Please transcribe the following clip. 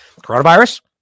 coronavirus